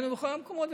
ראינו בכל המקומות,